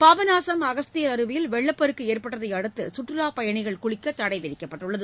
பாபநாசும் அகஸ்தியர் அருவியில் வெள்ளப்பெருக்கு ஏற்பட்டதை அடுத்து சுற்றுலாப் பயணிகள் குளிக்க தடை விதிக்கப்பட்டுள்ளது